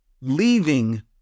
Leaving